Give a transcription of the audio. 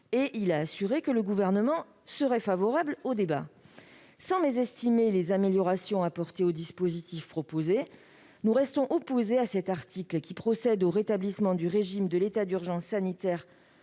et il a assuré que le Gouvernement serait ouvert au dialogue. Sans mésestimer les améliorations apportées au dispositif proposé, nous restons opposés à cet article, qui procède au rétablissement du régime de l'état d'urgence sanitaire pour